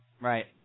Right